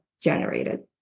generated